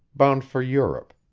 bound for europe,